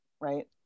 right